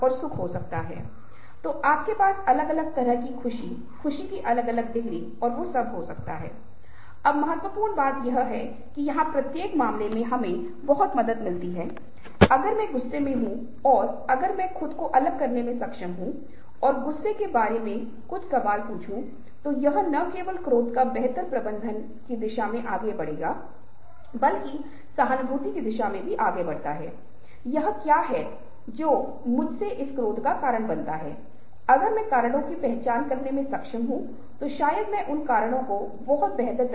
जिस क्षण हम अलग अलग परिस्थितियों में अलग अलग बात करना शुरू करते हैं हम अलग अलग भूमिकाएँ निभाना शुरू करते हैं उदाहरण के लिए मैं एक ही व्यक्ति हूं लेकिन जिस तरह से मैं अपनी पत्नी के साथ बात करता हूं जिस तरह से मैं अपनी बेटी के साथ बात करता हूं जिस तरह से मैं अपने दोस्त के साथ बात करता हूं बहुत पुराना दोस्त हो सकता है बचपन का दोस्त हो सकता है मेरे मालिक के साथ जिस तरह से मैं बात करूंगा अब यह बहुत अलग होगा